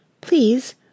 Please